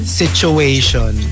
situation